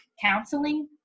counseling